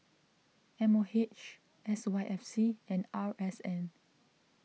M O H S Y F C and R S N